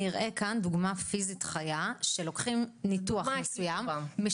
נראה כאן דוגמא פיזית חיה שלוקחים ניתוח מסוים,